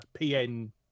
pn